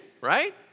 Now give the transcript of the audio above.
right